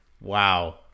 Wow